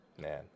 Man